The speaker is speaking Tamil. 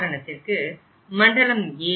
உதாரணத்திற்கு மண்டலம் A